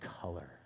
color